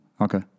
Okay